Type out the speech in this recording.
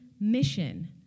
mission